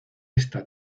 esta